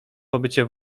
pobycie